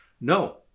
No